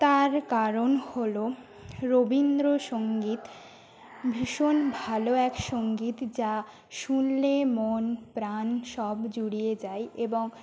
তার কারণ হলো রবীন্দ্রসংগীত ভীষণ ভালো এক সংগীত যা শুনলে মন প্রাণ সব জুড়িয়ে যায় তাই এবং